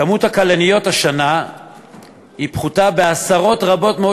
כמות הכלניות השנה פחותה בעשרות רבות מאוד